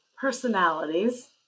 personalities